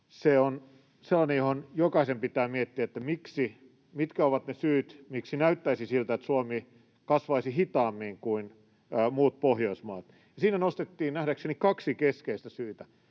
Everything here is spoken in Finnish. se on sellainen, johon liittyen jokaisen pitää miettiä, mitkä ovat ne syyt, miksi näyttäisi siltä, että Suomi kasvaisi hitaammin kuin muut Pohjoismaat. Siinä nostettiin nähdäkseni kaksi keskeistä syytä.